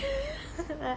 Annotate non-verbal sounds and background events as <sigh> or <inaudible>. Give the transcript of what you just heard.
<laughs>